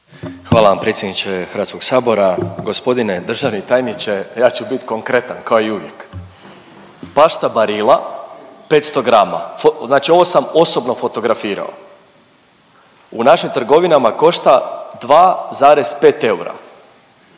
Hvala vam predsjedniče HS-a, g. državni tajniče, ja ću bit konkretan kao i uvijek. Pašta Barilla 500 grama, znači ovo sam osobno fotografirao, u našim trgovinama košta 2,5 eura.